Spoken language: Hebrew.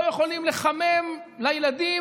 לא יכולים לחמם לילדים,